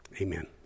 Amen